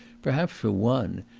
perhaps for one,